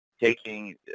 taking